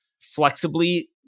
flexibly